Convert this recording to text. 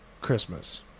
Christmas